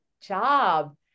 job